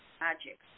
magic